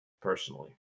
personally